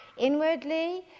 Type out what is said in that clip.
Inwardly